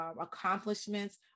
accomplishments